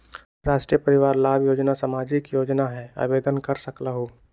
राष्ट्रीय परिवार लाभ योजना सामाजिक योजना है आवेदन कर सकलहु?